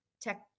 tech